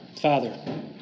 Father